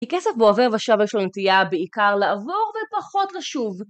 כי כסף בעובר ושב יש לו נטייה בעיקר לעבור ופחות לשוב.